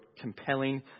compelling